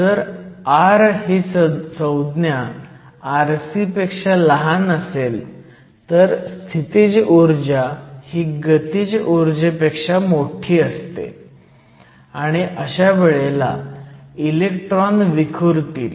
जर r ही संज्ञा rc पेक्षा लहान असेल तर स्थितीज ऊर्जा ही गतीज उर्जेपेक्षा मोठी असते आणि आशावेळेला इलेक्ट्रॉन विखुरतील